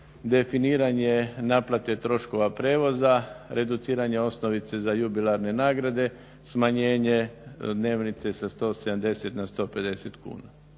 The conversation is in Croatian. definiranje naplate troškova prijevoza, reduciranje osnovice za jubilarne nagrade, smanjenje dnevnice sa 170 na 150 kuna.